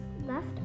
left